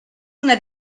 una